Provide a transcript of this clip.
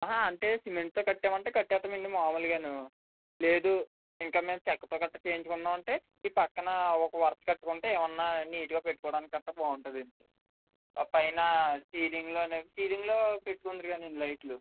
అంటే సిమెంట్తో కట్టేయమంటే కట్టేస్తామండి మామూలుగాను లేదు ఇంక మేము చెక్కతో గట్రా చేయించుకుందాం అంటే ఈ పక్కన ఒక వరస కట్టుకుంటే ఏమైనా నీట్గా పెట్టుకోవడానికి గట్రా బాగుంటుందండి ఆ పైన సీలింగ్లోనే సీలింగ్లో పెట్టుకుందురు గానండి లైట్లు